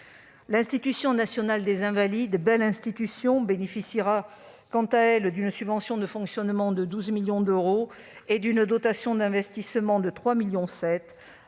L'Institution nationale des Invalides- une belle institution -bénéficiera d'une subvention de fonctionnement de 12 millions d'euros et d'une dotation d'investissement de 3,7 millions d'euros,